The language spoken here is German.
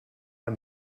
man